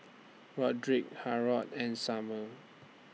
Rodrick Harrold and Summer